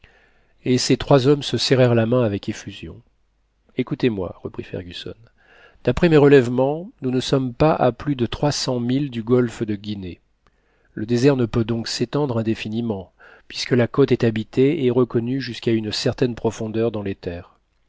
et ces trois hommes se serrèrent la main avec effusion écoutez-moi reprit fergusson daprès mes relèvements nous ne sommes pas à plus de trois cents milles du golfe de guinée le désert ne peut donc s'étendre indéfiniment puisque la côte est habitée et reconnue jusqu'à une certaine profondeur dans les terres